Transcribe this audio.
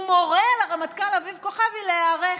הוא מורה לרמטכ"ל אביב כוכבי להיערך.